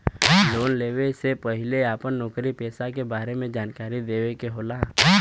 Loan लेवे से पहिले अपना नौकरी पेसा के बारे मे जानकारी देवे के होला?